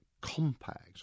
compact